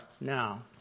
now